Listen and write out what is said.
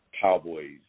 Cowboys